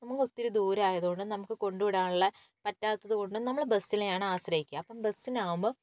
നമുക്ക് ഒത്തിരി ദൂരമായതുകൊണ്ട് നമുക്ക് കൊണ്ടുവിടാനുള്ള പറ്റാത്തതുകൊണ്ടും നമ്മൾ ബസ്സിനെയാണ് ആശ്രയിക്കുക അപ്പം ബസ്സിനാവുമ്പം